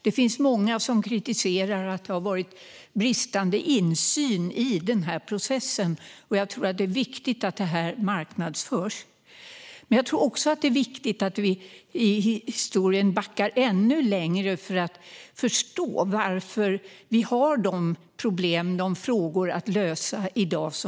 Det finns många som kritiserar att det har varit bristande insyn i processen, och jag tror att det är viktigt att denna process marknadsförs. Jag tror också att det är viktigt att backa ännu längre tillbaka i historien för att förstå de problem och frågor som finns i dag.